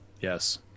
Yes